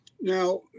Now